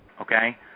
okay